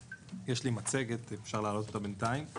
יש לי מצגת, אפשר להעלות אותה בינתיים.